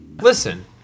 Listen